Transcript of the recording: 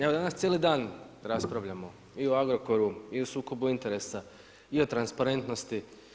Evo danas cijeli dan raspravljamo i o Agrokoru, i o sukobu interesa i o transparentnosti.